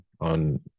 on